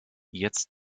jetzt